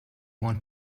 want